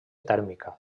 tèrmica